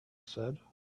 said